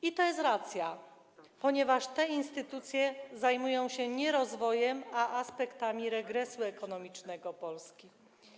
I to jest racja, ponieważ te instytucje zajmują się nie rozwojem, ale aspektami regresu ekonomicznego Polski.